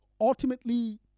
ultimately